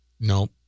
Nope